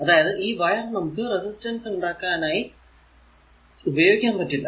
അതായതു ഈ വയർ നമുക്ക് റെസിസ്റ്റർ ഉണ്ടാക്കാനായി ഉപയോഗിക്കാൻ പറ്റില്ല